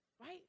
Right